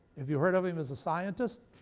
have you heard of him as a scientist?